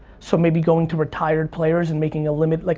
so maybe going to retired players and making a limit, like